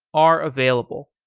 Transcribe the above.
are available.